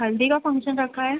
हल्दी का फ़ंक्शन रखा है